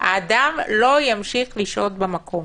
האדם לא ימשיך לשהות במקום.